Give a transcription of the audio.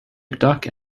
mcduck